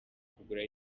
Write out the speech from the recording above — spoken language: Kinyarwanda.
kugura